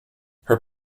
her